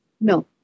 No